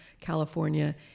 California